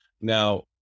Now